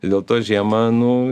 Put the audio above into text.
dėl to žiemą nu